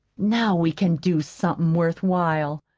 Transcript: now we can do somethin' worthwhile.